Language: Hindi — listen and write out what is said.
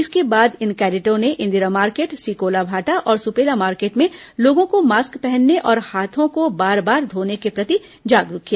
इसके बाद इन कैडेटों ने इंदिरा मार्केट सिकोला भाटा और सुपेला मार्केट में लोगों को मास्क पहनने और हाथों को बार बार धोने के प्रति जागरूक किया